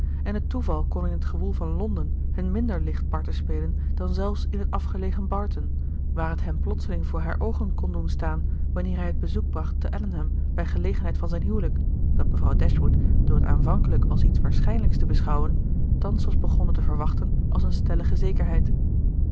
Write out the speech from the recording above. en het toeval kon in het gewoel van londen hun minder licht parten spelen dan zelfs in het afgelegen barton waar het hem plotseling voor haar oogen kon doen staan wanneer hij het bezoek bracht te allenham bij gelegenheid van zijn huwelijk dat mevrouw dashwood door het aanvankelijk als iets waarschijnlijks te beschouwen thans was begonnen te verwachten als een stellige zekerheid